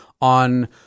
on